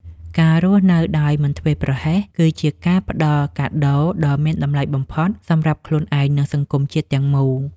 ការរស់នៅដោយមិនធ្វេសប្រហែស គឺជាការផ្តល់កាដូដ៏មានតម្លៃបំផុតសម្រាប់ខ្លួនឯង និងសង្គមជាតិទាំងមូល។